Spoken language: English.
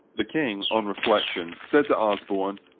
the king, on reflection, said to osborne,